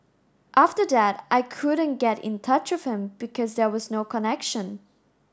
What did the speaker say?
after that I couldn't get in touch with him because there was no connection